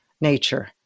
nature